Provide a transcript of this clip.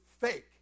fake